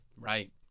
Right